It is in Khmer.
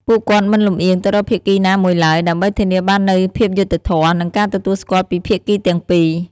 ពួកគាត់មិនលំអៀងទៅរកភាគីណាមួយឡើយ ដើម្បីធានាបាននូវភាពយុត្តិធម៌ និងការទទួលស្គាល់ពីភាគីទាំងពីរ។